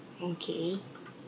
okay